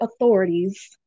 authorities